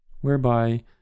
whereby